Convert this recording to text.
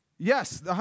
Yes